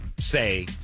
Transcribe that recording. say